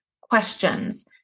questions